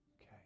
Okay